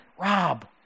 Rob